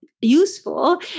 useful